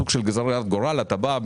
סוג של גזירת גורל אתה בא,